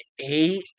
eight